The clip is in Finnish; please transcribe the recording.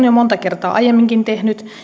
on jo monta kertaa aiemminkin tehnyt